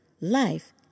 Life